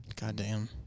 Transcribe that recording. Goddamn